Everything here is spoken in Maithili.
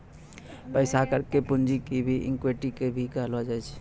पैसा कर के पूंजी कर या इक्विटी कर भी कहलो जाय छै